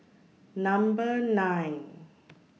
Number nine